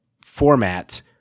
format